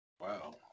Wow